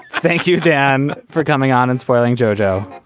thank you dan for coming on and spoiling jo-jo.